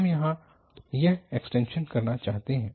हम यहाँ यह एक्सटेंशन करना चाहते हैं